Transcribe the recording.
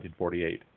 1948